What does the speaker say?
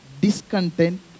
discontent